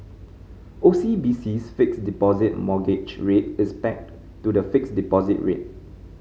O C B C's Fixed Deposit Mortgage Rate is pegged to the fixed deposit rate